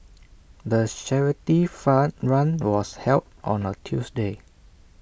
the charity fun run was held on A Tuesday